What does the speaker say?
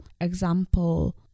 example